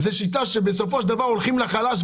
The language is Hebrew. היא שיטה שבה בסוף מכים את החלש.